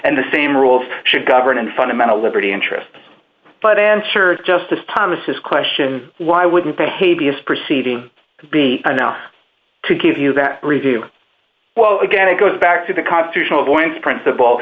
and the same rules should govern and fundamental liberty interest but answers justice thomas question why wouldn't the haiti is proceeding be enough to give you that review well again it goes back to the constitutional avoidance princip